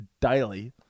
daily